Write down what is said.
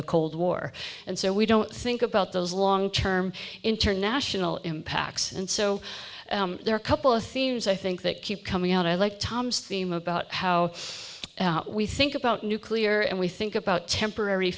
the cold war and so we don't think about those long term international impacts and so there are couple of themes i think that keep coming out i like tom's theme about how we think about nuclear and we think about temporary